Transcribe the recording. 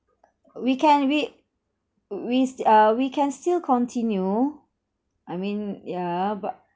we can we we still uh we can still continue I mean yeah but